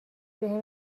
بهم